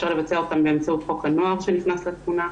אפשר לבצע אותן באמצעות חוק הנוער שנכנס לתמונה,